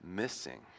missing